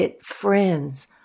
friends